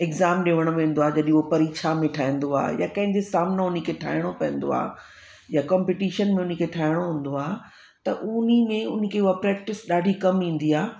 exam ॾियण वेंदो आहे जॾहिं उहो परीक्षा में ठहंदो आहे या कंहिं जो सामनो उन्ही खे ठहणो पवंदो आहे या कॉम्पटीशन में उनखे ठाहिणो हूंदो आहे त उन्ही में उहा प्रेक्टिस ॾाढी कमु ईंदी आहे